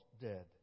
dead